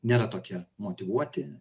nėra tokie motyvuoti